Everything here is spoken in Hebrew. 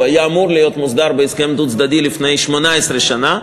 והוא היה אמור להיות מוסדר בהסכם דו-צדדי לפני 18 שנה.